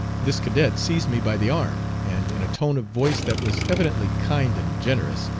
this cadet seized me by the arm, and in a tone of voice that was evidently kind and generous,